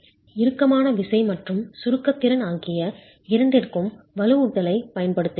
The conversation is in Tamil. இறுக்கமான விசைமற்றும் சுருக்க திறன் ஆகிய இரண்டிற்கும் வலுவூட்டலைப் பயன்படுத்துகிறோம்